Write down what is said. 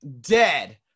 dead